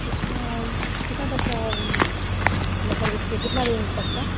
कितना और कितना तक का मतलब कितना रेंज तक का